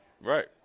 Right